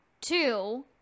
Two